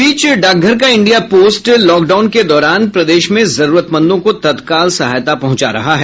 इस बीच डाकघर का इंडिया पोस्ट लॉकडाउन के दौरान प्रदेश में जरूरतमंदों को तत्काल सहायता पहुंचा रहा है